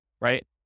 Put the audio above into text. Right